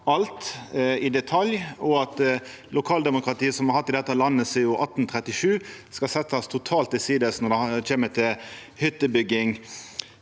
alt i detalj, og at lokaldemokratiet me har hatt i dette landet sidan 1837, skal setjast totalt til side når det gjeld hyttebygging.